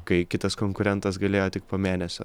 kai kitas konkurentas galėjo tik po mėnesio